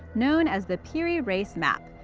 known as the piri reis map.